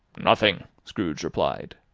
nothing! scrooge replied.